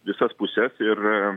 visas puses ir